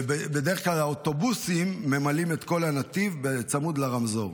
ובדרך כלל האוטובוסים ממלאים את כל הנתיב בצמוד לרמזור.